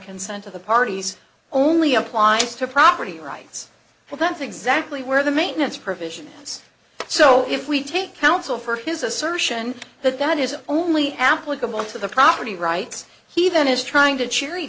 consent of the parties only applies to property rights but that's exactly where the maintenance provision is so if we take counsel for his assertion that that is only applicable to the property rights he then is trying to ch